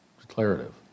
Declarative